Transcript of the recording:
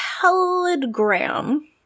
telegram